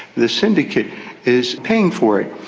the syndicate is paying for it.